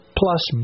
plus